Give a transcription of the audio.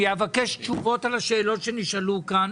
אני אבקש תשובות על השאלות שנשאלו כאן.